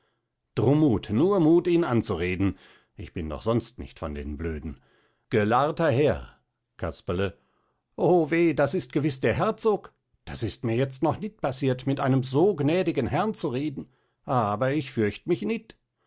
drum muth nur muth ihn anzureden ich bin doch sonst nicht von den blöden gelahrter herr casperle o weh das ist gewiss der herzog das ist mir jetzt noch nit passiert mit so einem gnädigen herrn zu reden aber ich fürcht mich nit